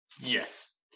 Yes